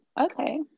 okay